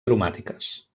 aromàtiques